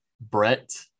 Brett